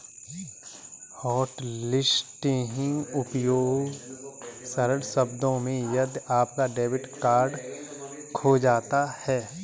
hotlisting उपयोग सरल शब्दों में यदि आपका डेबिट कार्ड खो जाता है